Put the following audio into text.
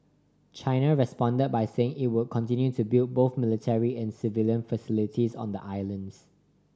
China responded by saying it would continue to build both military and civilian facilities on the islands